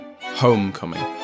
Homecoming